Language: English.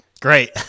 Great